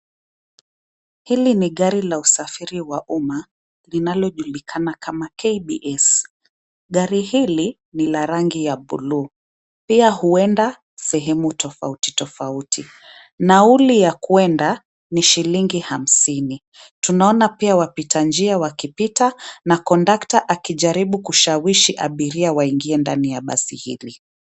Hili ni gari la usafiri wa uma, linalojulikana kama KBS. Gari hili ni la rangi ya buluu. Pia huenda sehemu tofauti tofauti. Nauli ya kwenda ni shilingi hamsini. Tunaona pia wapita njia wakipita na kondakta akijaribu kushawishi abiria waingie ndani ya basi hili.